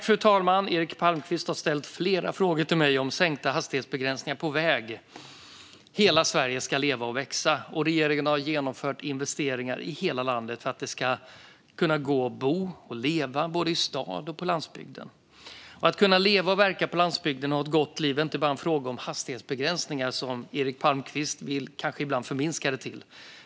Fru talman! har ställt flera frågor till mig om sänkta hastighetsbegränsningar på vägar. Hela Sverige ska leva och växa. Regeringen har genomfört investeringar i hela landet för att det ska gå att bo och leva både i stad och på landsbygd. Att kunna leva och verka på landsbygden och ha ett gott liv är inte bara en fråga om hastighetsbegränsningar, som Eric Palmqvist kanske vill förminska det till.